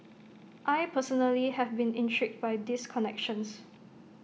I personally have been intrigued by these connections